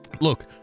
Look